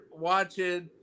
watching